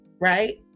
right